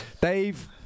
Dave